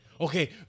Okay